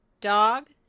dog